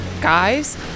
guys